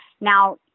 Now